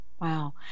Wow